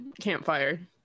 campfire